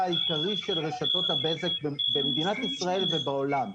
העיקרי של רשתות הבזק במדינת ישראל ובעולם.